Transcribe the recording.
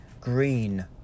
green